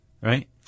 right